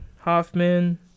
Hoffman